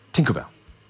Tinkerbell